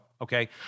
okay